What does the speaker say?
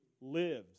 lives